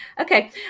okay